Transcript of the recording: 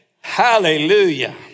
Hallelujah